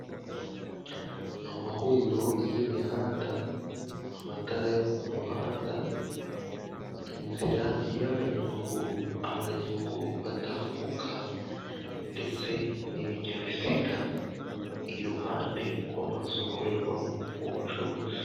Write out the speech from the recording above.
Amahuriro y'imihanda, amatara yo ku muhanda, inzira y'abanyamaguru, abanyamaguru batambuka, ndetse n'ibinyabiziga iruhande rw'amazu akorerwamo ubucuruzi.